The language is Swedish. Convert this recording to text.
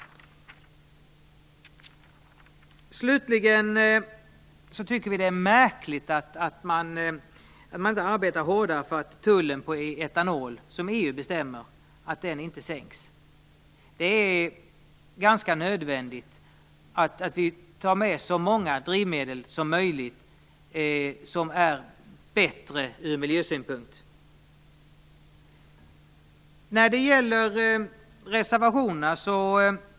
Slutligen tycker vi att det är märkligt att man inte arbetar hårdare för att tullen på etanol, som EU bestämmer, inte sänks. Det är nödvändigt att vi tar med så många drivmedel som möjligt som är bättre från miljösynpunkt.